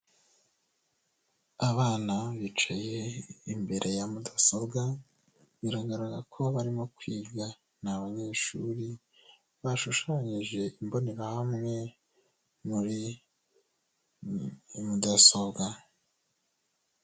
Abana bicaye imbere ya mudasobwa biragaragara ko barimo kwiga, ni abanyeshuri bashushanyije imbonerahamwe muri mudasobwa.